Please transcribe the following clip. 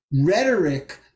rhetoric